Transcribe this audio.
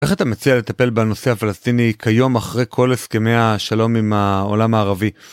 איך אתה מציע לטפל בנושא הפלסטיני כיום אחרי כל הסכמי השלום עם העולם הערבי?